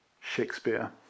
shakespeare